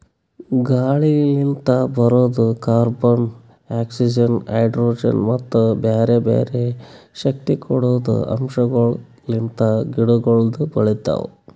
ಗಾಳಿಲಿಂತ್ ಬರದ್ carbon, oxygen, hydrogen ಮತ್ತ ಬ್ಯಾರೆ ಬ್ಯಾರೆ ಶಕ್ತಿ ಕೊಡದ್ ಅಂಶಗೊಳ್ ಲಿಂತ್ ಗಿಡಗೊಳ್ ಬೆಳಿತಾವ್